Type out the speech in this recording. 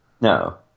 No